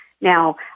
Now